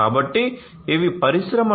కాబట్టి ఇవి పరిశ్రమ 4